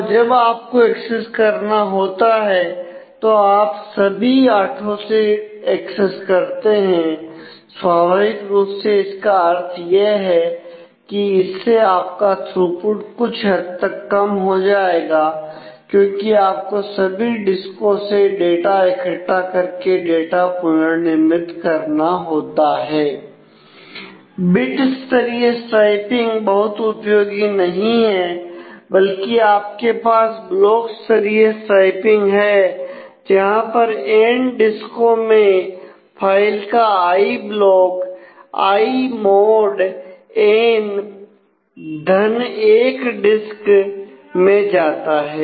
और जब आपको एक्सेस करना होता है तो आप सभी आठो से एक्सेस करते हैं स्वाभाविक रूप से इसका अर्थ यह है कि इससे आपका थ्रूपूट कुछ हद तक कम हो जाएगा क्योंकि आपको सभी डिस्को से डाटा इकट्ठा करके डाटा पुननिर्मित करना होता है बिट स्तरीय स्ट्राइपिंग में जाता है